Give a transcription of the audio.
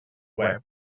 web